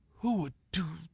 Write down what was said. who would do